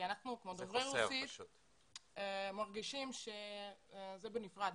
אנחנו כדוברי רוסית מרגישים שזה נפרד,